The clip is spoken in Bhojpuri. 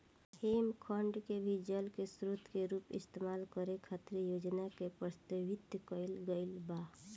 हिमखंड के भी जल के स्रोत के रूप इस्तेमाल करे खातिर योजना के प्रस्तावित कईल गईल बा